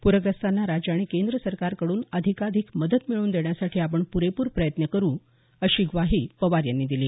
पूरग्रस्तांना राज्य आणि केंद्र सरकारकडून अधिकाधिक मदत मिळवून देण्यासाठी आपण पुरेपूर प्रयत्न करू अशी ग्वाही पवार यांनी दिली